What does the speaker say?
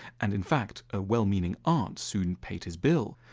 and in fact, a well-meaning aunt soon paid his bill.